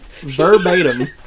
Verbatim